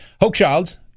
Hochschild